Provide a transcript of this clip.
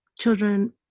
children